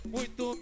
Muito